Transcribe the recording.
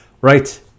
right